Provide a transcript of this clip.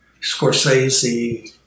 Scorsese